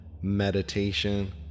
meditation